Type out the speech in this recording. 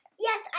Yes